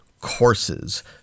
courses